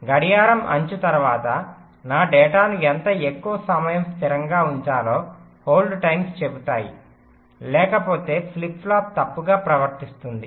గడియారం అంచు తర్వాత నా డేటాను ఎంత ఎక్కువ సమయం స్థిరంగా ఉంచాలో హోల్డ్ టైమ్స్ చెబుతాయి లేకపోతే ఫ్లిప్ ఫ్లాప్ తప్పుగా ప్రవర్తిస్తుంది